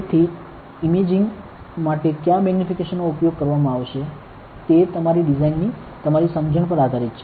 તેથી ઇમેજીંગ માટે કયા મેગ્નીફિકેશનનો ઉપયોગ કરવામાં આવશે તે તમારી ડિઝાઇનની તમારી સમજણ પર આધારિત છે